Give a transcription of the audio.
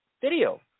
video